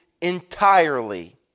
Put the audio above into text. entirely